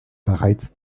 bereits